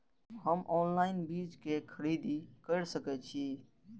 हम ऑनलाइन बीज के खरीदी केर सके छी?